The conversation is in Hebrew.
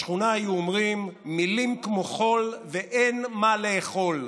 בשכונה היו אומרים: מילים כמו חול ואין מה לאכול.